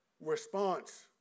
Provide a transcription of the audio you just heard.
response